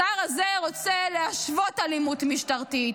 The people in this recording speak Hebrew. השר הזה רוצה להשוות אלימות משטרתית